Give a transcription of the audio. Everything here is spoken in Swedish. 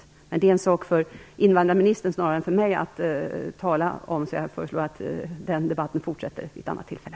Men detta är snarare en sak för invandrarministern än för mig att tala om, så jag föreslår att den debatten fortsätter vid ett annat tillfälle.